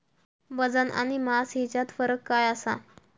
वजन आणि मास हेच्यात फरक काय आसा?